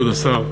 כבוד השר,